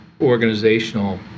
organizational